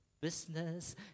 business